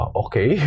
okay